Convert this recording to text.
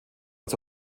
als